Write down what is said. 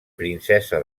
princesa